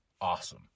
awesome